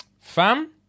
Fam